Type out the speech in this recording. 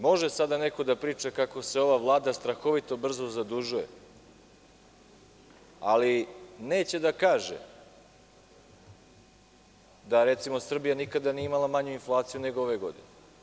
Može sada neko da priča kako se ova vlada strahovito brzo zadužuje, ali neće da kaže da, recimo, Srbija nikada nije imala manju inflaciju nego ove godine.